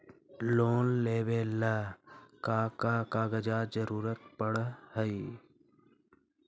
Loan लेवेला का का कागजात जरूरत पड़ हइ?